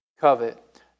covet